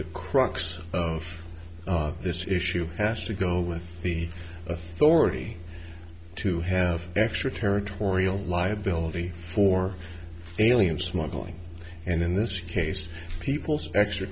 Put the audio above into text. the crux of this issue has to go with the authority to have extra territorial liability for alien smuggling and in this case people's